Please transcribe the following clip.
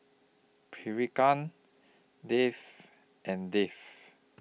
Priyanka Dev and Dev